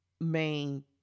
main